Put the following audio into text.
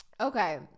okay